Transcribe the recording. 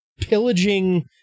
pillaging